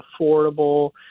affordable